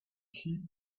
keep